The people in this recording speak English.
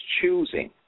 choosing